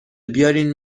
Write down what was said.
بیارین